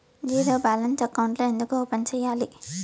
zero balance అకౌంట్లు ఎందుకు open సేయాలి